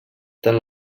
tant